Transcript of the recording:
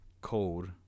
cold